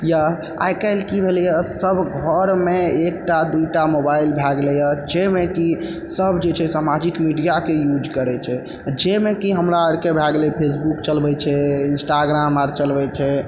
या आइ काल्हि की भेलैए सब घरमे एक टा दू टा मोबाइल भए गेलैए जइमे कि सब जे छै सामाजिक मीडियाके यूज करै छै जइमे कि हमरा आरके भए गेलै फेसबुक चलबै छै इन्स्टाग्राम आर चलबै छै